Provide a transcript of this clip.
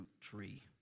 tree